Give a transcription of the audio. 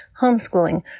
homeschooling